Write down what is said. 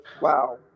Wow